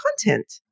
content